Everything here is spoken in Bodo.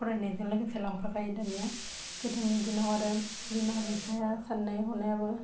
फरायनायजों लोगोसे लांफा खायो दानिया गोदोनि दिनाव आरो बिमा बिफाया सान्नाय हनायाबो